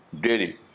daily